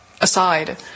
aside